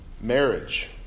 marriage